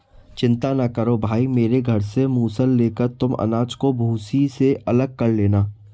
चिंता ना करो भाई मेरे घर से मूसल लेकर तुम अनाज को भूसी से अलग कर लेना